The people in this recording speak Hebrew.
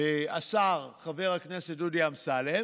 השר חבר הכנסת דודי אמסלם